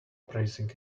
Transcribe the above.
praising